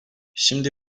şimdi